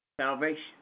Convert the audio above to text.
Salvation